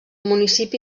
municipi